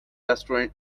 restaurant